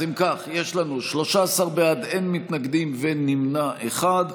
אם כך, יש לנו 13 בעד, אין מתנגדים ונמנע אחד.